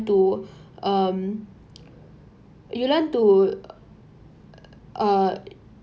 to um you learn to uh